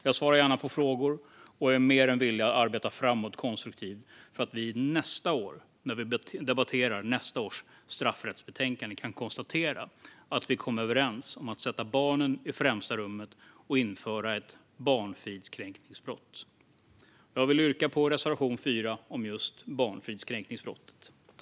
Jag svarar gärna på frågor och är mer än villig att arbeta framåt konstruktivt för att vi när vi nästa år debatterar nästa års straffrättsbetänkande ska kunna komma överens om att sätta barnen i främsta rummet och införa ett barnfridskränkningsbrott. Jag vill yrka bifall till reservation 4 om just barnfridskränkningsbrottet.